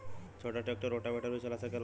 छोटा tractor rotavator भी चला सकेला?